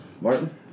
martin